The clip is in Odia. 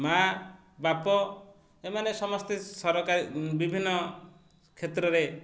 ମା' ବାପା ଏମାନେ ସମସ୍ତେ ସରକାରୀ ବିଭିନ୍ନ କ୍ଷେତ୍ରରେ